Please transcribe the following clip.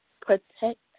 Protect